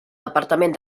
departament